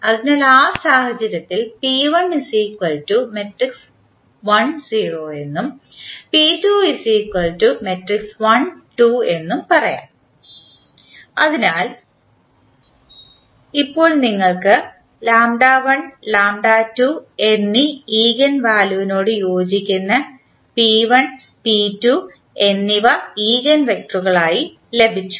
അതിനാൽ ആ സാഹചര്യത്തിൽ അതിനാൽ ഇപ്പോൾ നിങ്ങൾക്ക് എന്നീ ഈഗൻ വാല്യുവിനോട് യോജിക്കുന്ന p1 p2 എന്നിവ ഈഗൻ വെക്ടറുകൾ ആയി ലഭിച്ചു